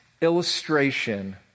illustration